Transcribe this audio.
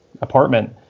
apartment